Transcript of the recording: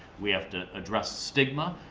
we have to address stigma.